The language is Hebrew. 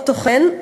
"אוטו חן",